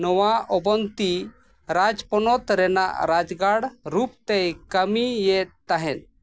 ᱱᱚᱣᱟ ᱚᱵᱚᱱᱛᱤ ᱨᱟᱡᱽ ᱯᱚᱱᱚᱛ ᱨᱮᱱᱟᱜ ᱨᱟᱡᱽᱜᱟᱲ ᱨᱩᱯᱛᱮᱭ ᱠᱟᱹᱢᱤᱭᱮᱫ ᱛᱟᱦᱮᱸᱫ